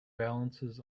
balances